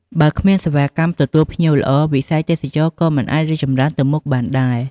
បើគ្មានសេវាកម្មទទួលភ្ញៀវល្អ វិស័យទេសចរណ៍ក៏មិនអាចរីកចម្រើនទៅមុខបានដែរ។